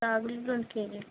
రాగులు రెండు కేజీలు